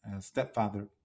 stepfather